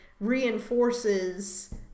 reinforces